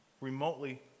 remotely